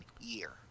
year